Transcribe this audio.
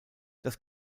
das